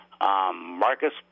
Marcus